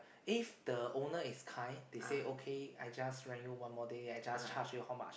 if the owner is kind they say okay I just rent you one more day I just charge you how much